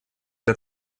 для